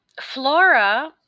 Flora